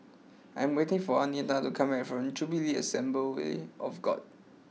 I am waiting for Anita to come back from Jubilee Assembly of God